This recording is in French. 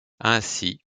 ainsi